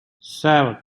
seven